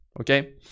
okay